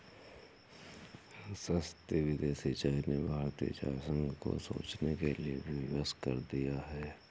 सस्ती विदेशी चाय ने भारतीय चाय संघ को सोचने के लिए विवश कर दिया है